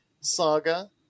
saga